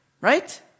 right